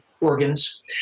organs